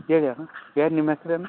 ಹೇಳಿ ಅಣ್ಣ ಏನು ನಿಮ್ಮ ಹೆಸ್ರ್ ಏನು